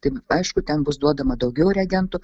tai aišku ten bus duodama daugiau reagentų